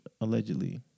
allegedly